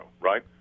right